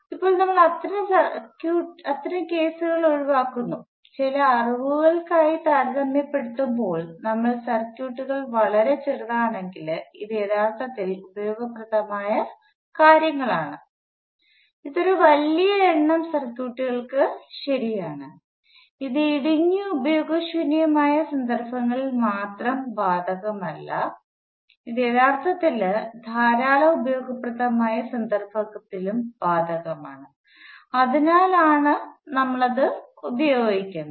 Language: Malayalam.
ഇപ്പോൾ നമ്മൾ അത്തരം കേസുകൾ ഒഴിവാക്കുന്നു ചില അളവുകളുമായി താരതമ്യപ്പെടുത്തുമ്പോൾ നമ്മൾ സർക്യൂട്ടുകൾ വളരെ ചെറുതാണെങ്കിൽ ഇത് യഥാർത്ഥത്തിൽ ഉപയോഗപ്രദമായ കാര്യങ്ങളാണ് ഇത് ഒരു വലിയ എണ്ണം സർക്യൂട്ടുകൾക്ക് ശരിയാണ് ഇത് ഇടുങ്ങിയ ഉപയോഗശൂന്യമായ സന്ദർഭങ്ങളിൽ മാത്രം ബാധകമല്ല ഇത് യഥാർത്ഥത്തിൽ ധാരാളം ഉപയോഗപ്രദമായ സന്ദർഭത്തിലും ബാധകമാണ് അതിനാലാണ് നമ്മൾ അത് ഉപയോഗിക്കുന്നത്